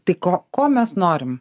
tai ko ko mes norime